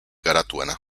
garatuena